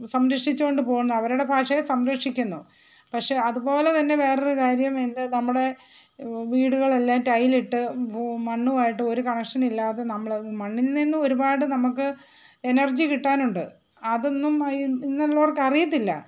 സംരക്ഷിച്ചു കൊണ്ട് പോകുന്നത് അവരുടെ ഭാഷയെ സംരക്ഷിക്കുന്നു പക്ഷേ അതുപോലെ തന്നെ വേറൊരു കാര്യം എന്ത് നമ്മുടെ വീടുകളെല്ലാം ടൈൽ ഇട്ട് മണ്ണുമായിട്ട് ഒരു കണക്ഷനില്ലാതെ നമ്മൾ മണ്ണിൽ നിന്നും ഒരുപാട് നമുക്ക് എനർജി കിട്ടാനുണ്ട് അതൊന്നും ഇന്നുള്ള്വർക്ക് അറിയത്തില്ല